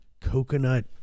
Coconut